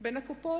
בין הקופות?